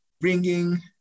bringing